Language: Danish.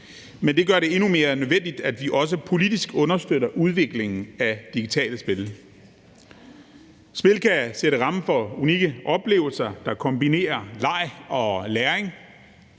men det gør det endnu mere nødvendigt, at vi også politisk understøtter udviklingen af digitale spil. Spil kan sætte rammen for unikke oplevelser, der kombinerer leg, læring